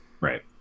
Right